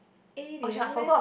A they all leh